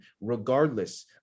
regardless